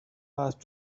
passed